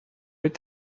est